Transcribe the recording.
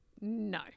No